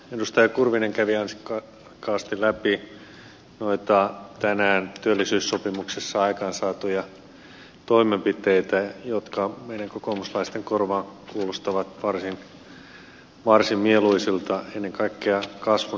edustaja kurvinen kävi ansiokkaasti läpi noita tänään työllisyyssopimuksessa aikaansaatuja toimenpiteitä jotka meidän kokoomuslaisten korvaan kuulostavat varsin mieluisilta ennen kaikkea kasvun näkökulmasta